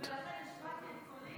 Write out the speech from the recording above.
אני יודעת שהתגעגעת, ולכן השמעתי את קולי.